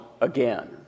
again